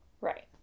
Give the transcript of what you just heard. right